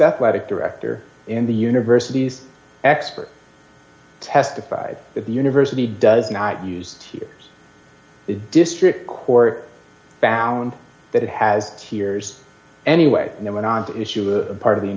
athletic director and the university's expert testified that the university does not use here's the district court found that it has hears anyway and then went on to issue a part of the